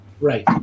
Right